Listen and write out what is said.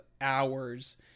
hours